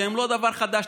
שהם לא דבר חדש,